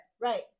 Right